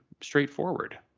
straightforward